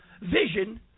vision